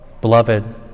beloved